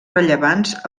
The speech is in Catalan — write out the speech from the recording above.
rellevants